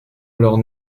alors